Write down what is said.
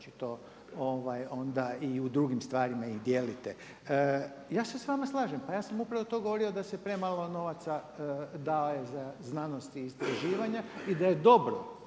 očito onda i u drugim stvarima ih dijelite. Ja se s vama slažem, pa ja sam upravo to govorio da se premalo novaca daje za znanost i istraživanja i da je dobro